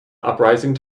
uprising